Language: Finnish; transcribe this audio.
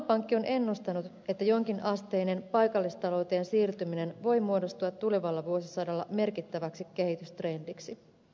maailmanpankki on ennustanut että jonkin asteinen paikallistalouteen siirtyminen voi muodostua tulevalla vuosisadalla merkittäväksi kehitystrendiksi